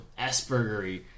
Aspergery